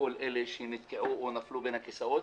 לכל אלה שנתקעו או נפלו בין הכיסאות.